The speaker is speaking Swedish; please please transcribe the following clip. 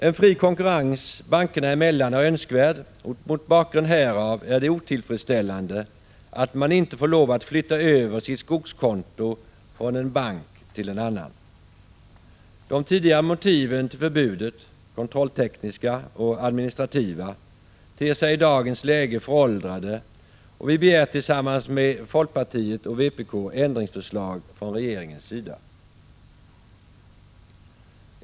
En fri konkurrens bankerna emellan är önskvärd, och mot bakgrund härav är det otillfredsställande att man inte får lov att flytta över sitt skogskonto från en bank till en annan. De tidigare motiven till förbudet, kontrolltekniska och administrativa, ter sig i dagens läge föråldrade, och vi begär tillsammans med fp och vpk ändringsförslag från regeringens sida.